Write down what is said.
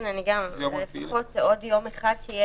לפחות עוד יום אחד.